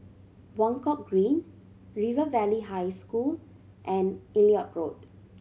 Buangkok Green River Valley High School and Elliot Road